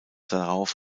darauf